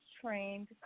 trained